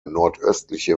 nordöstliche